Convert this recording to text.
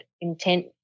intent